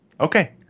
Okay